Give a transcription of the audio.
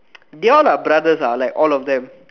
they all are brothers ah like all of them